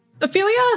Ophelia